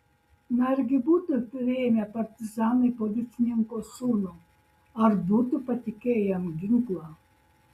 na argi būtų priėmę partizanai policininko sūnų ar būtų patikėję jam ginklą